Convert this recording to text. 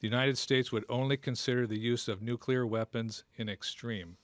the united states would only consider the use of nuclear weapons in extreme